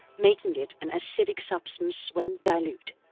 making it an acidic substance when dilute.